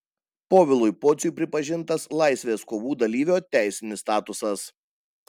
povilui pociui pripažintas laisvės kovų dalyvio teisinis statusas